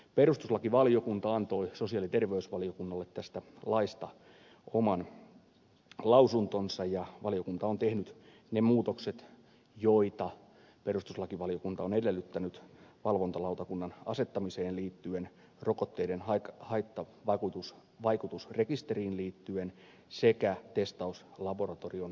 perustuslakivaliokunta antoi sosiaali ja terveysvaliokunnalle tästä laista oman lausuntonsa ja valiokunta on tehnyt ne muutokset joita perustuslakivaliokunta on edellyttänyt valvontalautakunnan asettamiseen liittyen rokotteiden haittavaikutusrekisteriin liittyen sekä testauslaboratorion hyväksymiseen liittyen